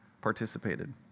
participated